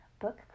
Book